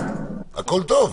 הכול טוב.